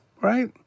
Right